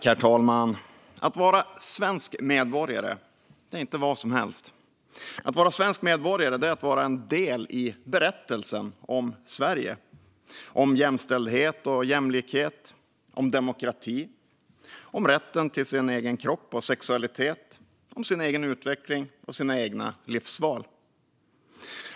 Herr talman! Att vara svensk medborgare är inte vad som helst. Att vara svensk medborgare är att vara en del i berättelsen om Sverige, om jämställdhet och jämlikhet, om demokrati, om rätten till sin egen kropp och sexualitet, om sin egen utveckling och sina egna livsval.